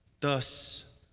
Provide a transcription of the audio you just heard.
Thus